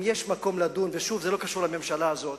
אם יש מקום לדון, ושוב, זה לא קשור לממשלה הזאת.